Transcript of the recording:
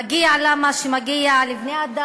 מגיע לה מה שמגיע לבני-אדם.